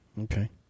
Okay